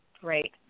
Great